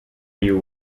you